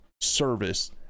service